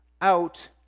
out